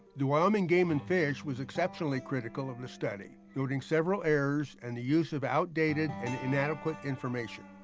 the wyoming game and fish was exceptionally critical of the study, noting several errors and the use of outdated and inadequate information.